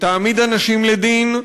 שתעמיד אנשים לדין.